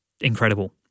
incredible